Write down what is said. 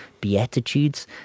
Beatitudes